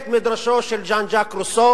מבית-מדרשו של ז'אן ז'אק רוסו,